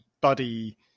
buddy